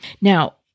Now